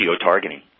geotargeting